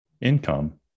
income